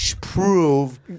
prove